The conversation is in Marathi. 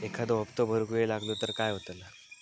एखादो हप्तो भरुक वेळ लागलो तर काय होतला?